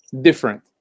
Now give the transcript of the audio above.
different